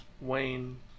wayne